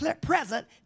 present